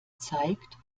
zeigt